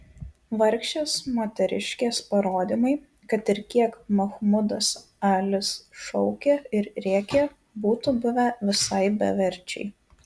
vargšės moteriškės parodymai kad ir kiek mahmudas alis šaukė ir rėkė būtų buvę visai beverčiai